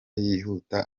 yihuta